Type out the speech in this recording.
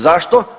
Zašto?